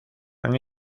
han